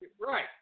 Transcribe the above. Right